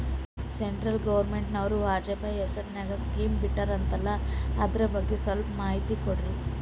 Central ಗವರ್ನಮೆಂಟನವರು ವಾಜಪೇಯಿ ಹೇಸಿರಿನಾಗ್ಯಾ scheme ಬಿಟ್ಟಾರಂತಲ್ಲ ಅದರ ಬಗ್ಗೆ ಸ್ವಲ್ಪ ಮಾಹಿತಿ ಕೊಡ್ರಿ?